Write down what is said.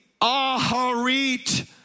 aharit